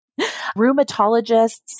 Rheumatologists